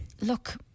look